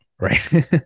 Right